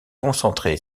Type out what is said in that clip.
concentré